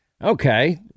Okay